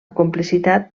complicitat